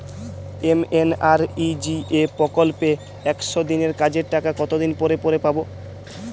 MNREGA প্রকল্পে একশ দিনের কাজের টাকা কতদিন পরে পরে পাব?